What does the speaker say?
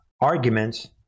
arguments